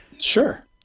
Sure